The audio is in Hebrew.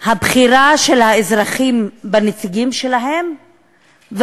הבחירה של האזרחים בנציגים שלהם,